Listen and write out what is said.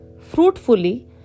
fruitfully